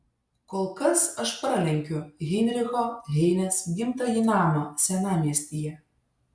kol kas aš pralenkiu heinricho heinės gimtąjį namą senamiestyje